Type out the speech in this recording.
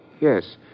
Yes